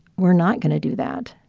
we're not going to do that.